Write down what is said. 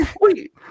Wait